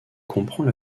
comprend